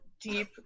Deep